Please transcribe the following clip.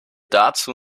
dazu